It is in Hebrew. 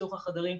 בתוך החדרים,